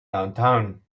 downtown